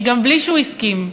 גם בלי שהוא הסכים.